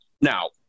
Now